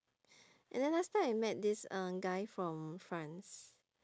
and then last time I met this uh guy from france